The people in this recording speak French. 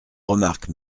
remarque